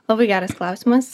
labai geras klausimas